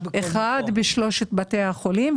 אחד בשלושת בתי החולים,